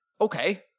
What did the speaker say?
okay